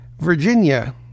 Virginia